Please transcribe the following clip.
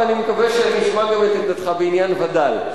ואני מקווה שאני אשמע גם את עמדתך בעניין וד"ל.